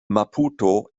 maputo